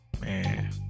man